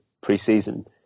pre-season